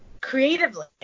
creatively